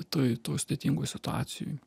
toj toj sudėtingoj situacijoj